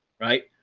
right.